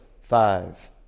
five